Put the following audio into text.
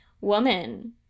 woman